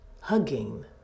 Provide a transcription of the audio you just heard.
Hugging